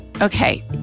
Okay